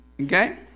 Okay